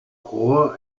jugó